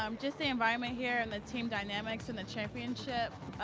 um just the environment here and the team dynamics and the championship.